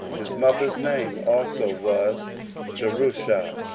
his mother's name also was jerushah,